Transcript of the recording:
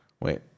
Wait